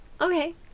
Okay